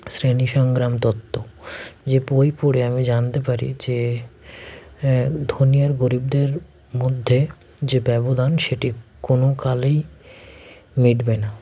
শ্রেণী সংগ্রাম তত্ত্ব যে বই পড়ে আমি জানতে পারি যে ধনী আর গরিবদের মধ্যে যে ব্যবধান সেটি কোনো কালেই মিটবে না